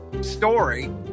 story